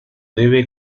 debe